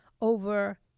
over